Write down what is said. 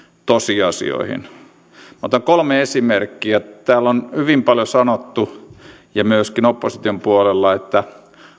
tosiasioihin minä otan kolme esimerkkiä täällä on hyvin paljon sanottu ja myöskin opposition puolella että